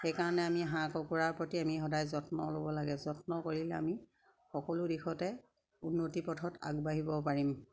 সেইকাৰণে আমি হাঁহ কুকুৰাৰ প্ৰতি আমি সদায় যত্ন ল'ব লাগে যত্ন কৰিলে আমি সকলো দিশতে উন্নতি পথত আগবাঢ়িব পাৰিম